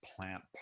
plant